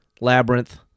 Labyrinth